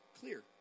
clear